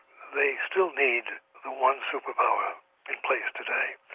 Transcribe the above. they still need the one super power in place today,